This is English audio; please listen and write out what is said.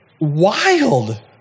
wild